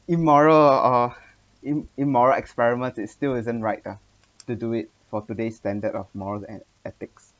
immoral or im~ immoral experiment they still isn't right ah to do it for today standard of morals and ethics